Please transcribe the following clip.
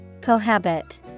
Cohabit